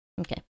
Okay